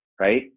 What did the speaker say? right